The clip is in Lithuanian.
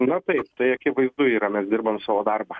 nu taip tai akivaizdu yra mes dirbam savo darbą